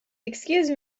excuse